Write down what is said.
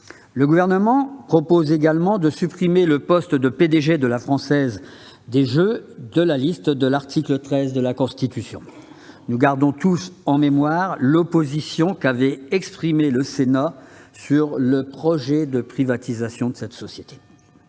Le Gouvernement propose également de supprimer le poste de P-DG de la Française des jeux de la liste de l'article 13 de la Constitution. Nous gardons tous en mémoire l'opposition qu'a exprimée le Sénat sur le projet de privatisation de la société.